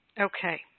Okay